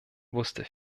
wusste